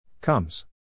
Comes